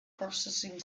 processing